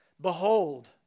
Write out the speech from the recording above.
Behold